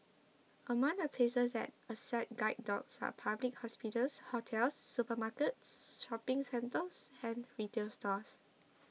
among the places that accept guide dogs are public hospitals hotels supermarkets shopping centres and retail stores